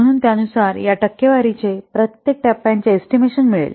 म्हणून त्यानुसार या टक्केवारीचे प्रत्येक टप्प्याचे एस्टिमेशन मिळेल